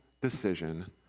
decision